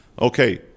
Okay